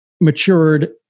matured